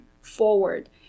forward